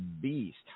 Beast